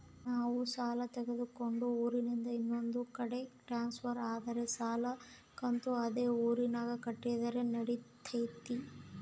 ನಾವು ಸಾಲ ತಗೊಂಡು ಊರಿಂದ ಇನ್ನೊಂದು ಕಡೆ ಟ್ರಾನ್ಸ್ಫರ್ ಆದರೆ ಸಾಲ ಕಂತು ಅದೇ ಊರಿನಾಗ ಕಟ್ಟಿದ್ರ ನಡಿತೈತಿ?